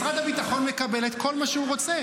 משרד הביטחון מקבל את כל מה שהוא רוצה.